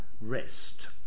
rest